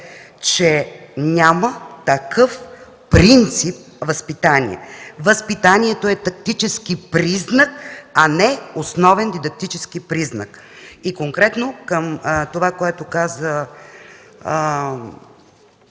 че няма такъв принцип „възпитание”. Възпитанието е тактически признак, а не основен дидактически признак. Конкретно към казаното от